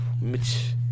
Mitch